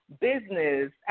business